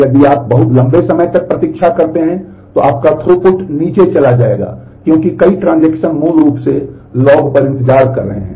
यदि आप बहुत लंबे समय तक प्रतीक्षा करते हैं तो आपका थ्रूपुट नीचे चला जाएगा क्योंकि कई ट्रांजेक्शन मूल रूप से लॉग पर इंतजार कर रहे हैं